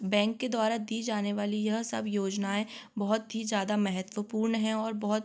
bank के द्वारा दी जाने वाली यह सब योजनाएँ बहुत ही ज्यादा महत्वपूर्ण हैं और बहुत